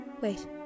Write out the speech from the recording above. Wait